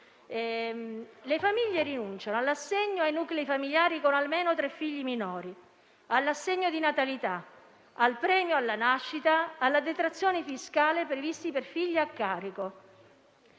Le famiglie rinunciano all'assegno per i nuclei familiari con almeno tre figli minori, all'assegno di natalità, al premio alla nascita, alle detrazioni fiscali previste per figli a carico.